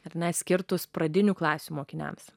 ar net skirtus pradinių klasių mokiniams